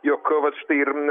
jog vat štai ir